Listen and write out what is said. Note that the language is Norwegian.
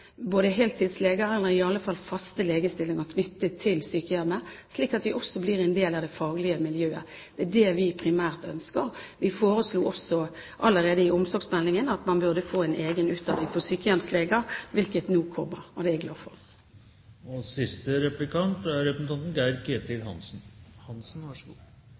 også blir en del av det faglige miljøet. Det er det vi primært ønsker. Vi foreslo allerede i omsorgsmeldingen at man burde få en egen utdanning for sykehjemsleger, hvilket nå kommer. Det er jeg glad for. Representanten Dåvøy gjentar kritikken fra den øvrige opposisjonen om at reformen, slik som den er